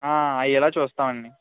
అయ్యేలా చూస్తామండీ